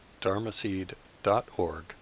dharmaseed.org